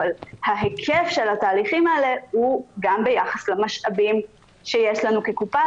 אבל ההיקף של התהליכים האלה הוא גם ביחס למשאבים שיש לנו כקופה